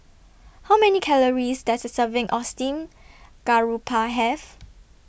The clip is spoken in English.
How Many Calories Does A Serving of Steamed Garoupa Have